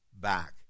back